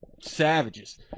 savages